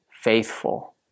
faithful